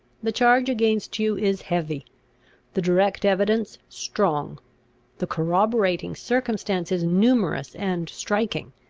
the charge against you is heavy the direct evidence strong the corroborating circumstances numerous and striking.